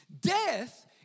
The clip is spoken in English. Death